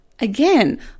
again